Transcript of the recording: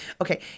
Okay